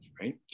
Right